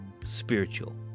spiritual